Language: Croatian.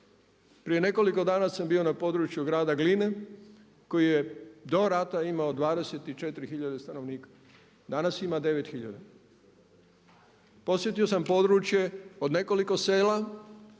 Prije nekoliko dana sam bio na području grada Gline koji je do rata imao 24 tisuće stanovnika, danas ima 9 tisuća. Posjetio sam područje od nekoliko sela